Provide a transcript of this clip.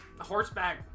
horseback